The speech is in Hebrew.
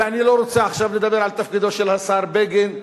אני לא רוצה עכשיו לדבר על תפקידו של השר בגין,